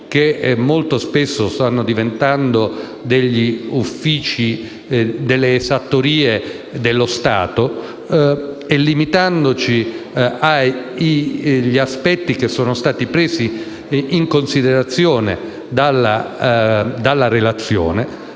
che molto spesso stanno diventando degli uffici esattoriali dello Stato, e limitandoci agli aspetti che sono stati presi in considerazione dalla relazione,